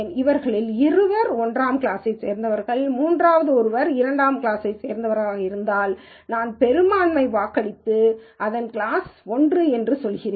அவர்களில் இருவர் 1 ஆம் கிளாஸைச் சேர்ந்தவர்களாகவும் மூன்றாவது ஒருவர் 2 ஆம் கிளாஸைச் சேர்ந்தவராகவும் இருந்தால் நான் பெரும்பான்மை வாக்களித்து அதன் கிளாஸ் 1 ஐச் சொல்கிறேன்